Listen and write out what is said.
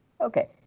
Okay